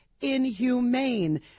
inhumane